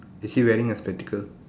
is she wearing her spectacle